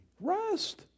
Rest